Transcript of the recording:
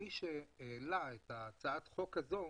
מי שהעלה את הצעת החוק הזאת,